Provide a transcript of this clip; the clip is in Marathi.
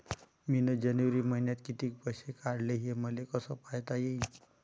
मिन जनवरी मईन्यात कितीक पैसे काढले, हे मले कस पायता येईन?